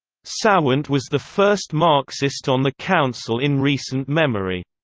sawant was the first marxist on the council in recent memory.